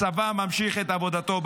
הצבא ממשיך את עבודתו,